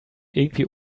irgendwie